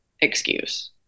excuse